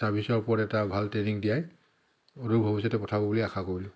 চাৰ্ভিছৰ ওপৰত এটা ভাল ট্ৰেইনিং দিয়াই অদূৰ ভৱিষ্যতে পঠাব বুলি আশা কৰিলোঁ